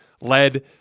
led